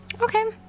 Okay